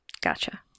gotcha